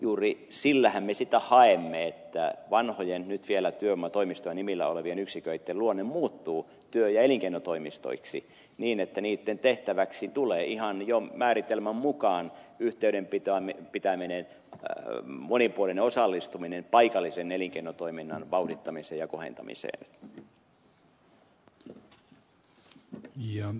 juuri sillähän me sitä haemme että vanhojen nyt vielä työvoimatoimistojen nimillä ole vien yksiköitten luonne muuttuu työ ja elinkeinotoimistoiksi niin että niitten tehtäväksi tulee ihan jo määritelmän mukaan yhteyden pitäminen monipuolinen osallistuminen paikallisen elinkeinotoiminnan vauhdittamiseen ja kohentamiseen